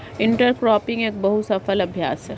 intercropping एक बहु फसल अभ्यास है